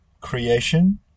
creation